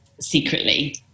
secretly